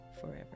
forever